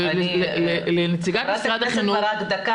לנציגת משרד החינוך,